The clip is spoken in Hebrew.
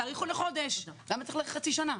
תאריכו בחודש, לא בחצי שנה.